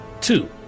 two